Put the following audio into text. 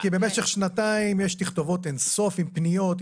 כי במשך שנתיים יש תכתובות אין סוף עם פניות,